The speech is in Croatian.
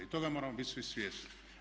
I toga moramo bit svi svjesni.